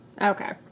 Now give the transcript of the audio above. okay